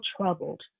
troubled